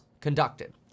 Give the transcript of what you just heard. conducted